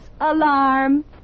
alarm